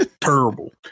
Terrible